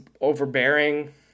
overbearing